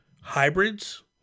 hybrids